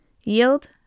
Yield